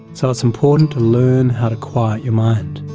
so it's important to learn how to quiet your mind.